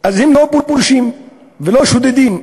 אז הם לא פולשים ולא שודדים.